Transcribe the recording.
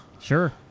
sure